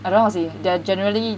I don't know how say they're generally